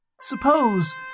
Suppose